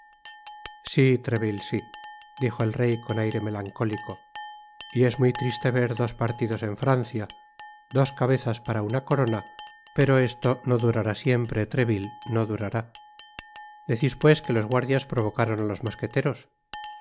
si trevillei si dijo el rey con aire melancólico y es muy triste ver dos partidos en francia dos cabezas para una corona pero esto no durará siempre treville no durará decis pues que los guardias provocaron á los mosqueteros